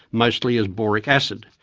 mostly as boric acid.